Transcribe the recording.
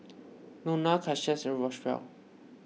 Nona Cassius and Roswell